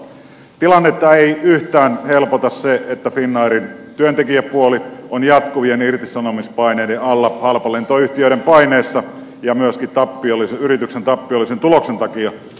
tilannetta ei yhtään helpota se että finnairin työntekijäpuoli on jatkuvien irtisanomispaineiden alla halpalentoyhtiöiden paineessa ja myöskin yrityksen tappiollisen tuloksen takia